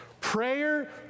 prayer